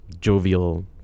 jovial